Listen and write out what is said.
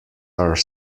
are